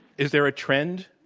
is there a trend,